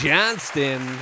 Johnston